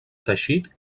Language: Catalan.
teixit